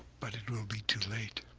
but it will be too late!